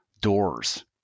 doors